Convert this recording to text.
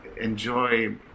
enjoy